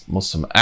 Muslim